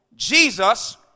Jesus